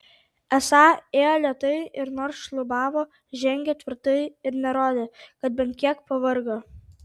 esą ėjo lėtai ir nors šlubavo žengė tvirtai ir nerodė kad bent kiek pavargo